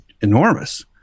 enormous